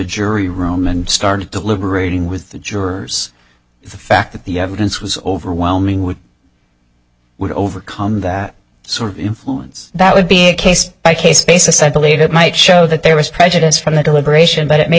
jury room and started deliberating with the jurors the fact that the evidence was overwhelming would would overcome that sort of influence that would be a case by case basis i believe it might show that there was prejudice from the deliberation but it may